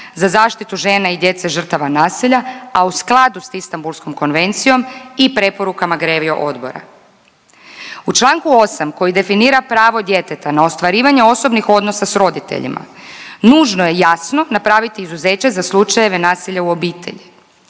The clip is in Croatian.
za zaštitu žena i djece žrtava nasilja, a u skladu s Istambulskom konvencijom i preporukama GREVIO odbora. U čl. 8. koji definira pravo djeteta na ostvarivanje osobnih odnosa s roditeljima, nužno je jasno napraviti izuzeće za slučajeve nasilja u obitelji.